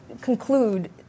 conclude